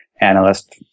analyst